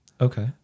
Okay